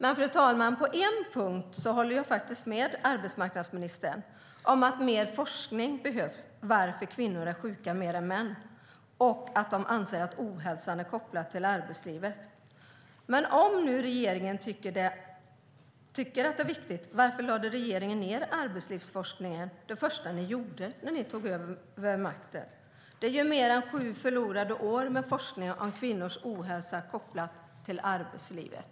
Fru talman! På en punkt håller jag dock med arbetsmarknadsministern: Det behövs mer forskning om varför kvinnor är sjuka mer än män och anser att ohälsan är kopplad till arbetslivet. Men om nu regeringen tycker att det är viktigt, varför lade ni då ned arbetslivsforskningen det första ni gjorde när ni tog över makten? Det är mer än sju förlorade år för forskningen om kvinnors ohälsa kopplat till arbetslivet.